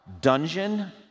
dungeon